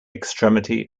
extremity